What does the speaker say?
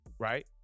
Right